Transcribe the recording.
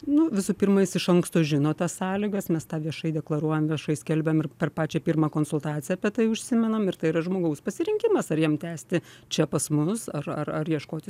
nu visų pirma jis iš anksto žino tas sąlygas mes tą viešai deklaruojam viešai skelbiam ir per pačią pirmą konsultaciją apie tai užsimenam ir tai yra žmogaus pasirinkimas ar jam tęsti čia pas mus ar ar ar ieškoti